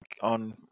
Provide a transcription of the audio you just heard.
on